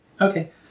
Okay